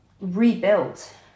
rebuilt